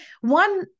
One